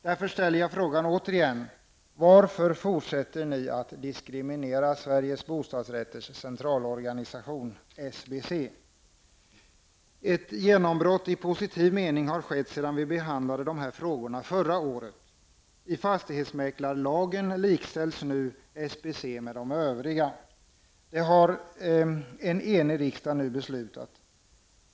Därför ställer jag frågan återigen: Varför fortsätter ni att diskriminera Ett genombrott i positiv mening har skett sedan vi behandlade dessa frågor förra året. I fastighetsmäklarlagen likställs nu SBC med de övriga. Det har har en enig riksdag nu beslutat.